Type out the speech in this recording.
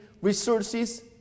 resources